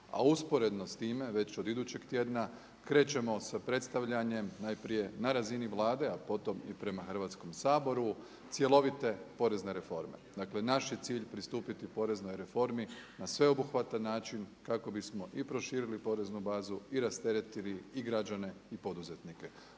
a usporedno s time već od idućeg tjedna krećemo sa predstavljanjem najprije na razini Vlade, a potom i prema hrvatskom Saboru cjelovite porezne reforme. Dakle, naš je cilj pristupiti poreznoj reformi na sveobuhvatan način kako bismo i proširili poreznu bazu i rasteretili i građane i poduzetnike.